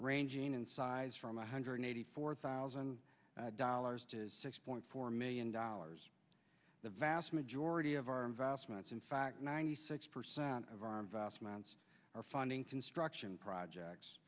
ranging in size from a hundred eighty four thousand dollars to six point four million dollars the vast majority of our investments in fact ninety six percent of our investments are funding construction